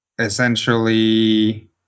essentially